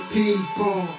people